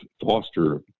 foster